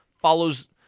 follows